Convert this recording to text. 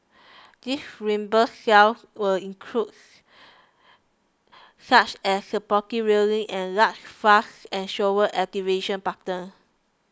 these reimburse cells will includes such as supporting railings and large flush and shower activation buttons